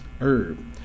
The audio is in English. herb